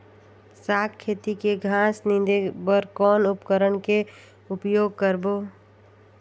साग खेती के घास निंदे बर कौन उपकरण के उपयोग करबो?